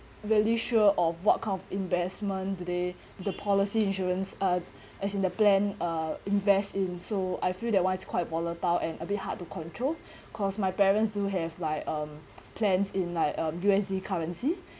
really sure of what kind of investment today the policy insurance uh as in the plan uh invest in so I feel that one is quite volatile and a bit hard to control cause my parents do have like um plans in like um U_S_D currency